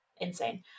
insane